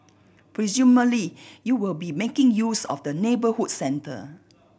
presumably you will be making use of the neighbourhood centre